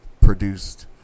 produced